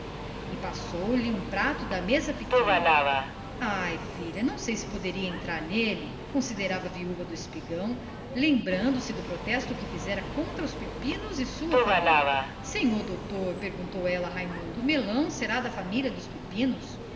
melão passou-lhe o prato ai filha não sei se poderei entrar nele considerou lamentosa a viúva do espigão lembrando-se do protesto que fizera contra os pepinos e a sua competente família senhor doutor inquiriu ela de raimundo o melão será da família dos pepinos